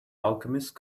alchemist